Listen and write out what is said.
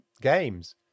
games